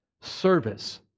Service